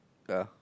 ya